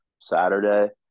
Saturday